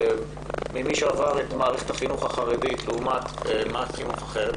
מי שעבר את מערכת החינוך החרדית לעומת מערכת חינוך אחרת,